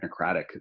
technocratic